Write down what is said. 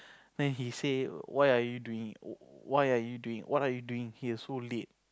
then he say why are you doing why are you doing what are you doing here so late